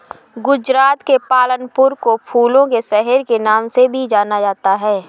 गुजरात के पालनपुर को फूलों के शहर के नाम से भी जाना जाता है